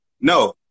No